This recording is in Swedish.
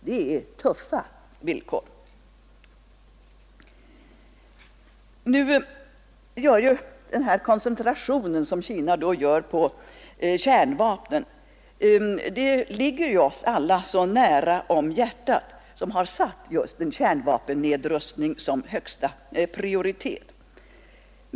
Det är tuffa villkor. Den koncentration som Kina gör på kärnvapen blir särskilt betydelsefull för oss alla som har satt en kärnvapennedrustning som högsta prioritet.